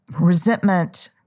resentment